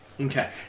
Okay